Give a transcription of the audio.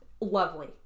lovely